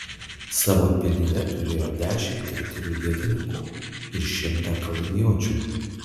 savo pilyje turėjo dešimt riterių ietininkų ir šimtą kalavijuočių